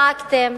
צעקתם,